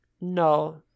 No